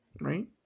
right